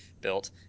built